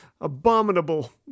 Abominable